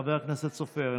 חבר הכנסת סופר,